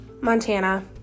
Montana